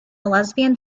lesbian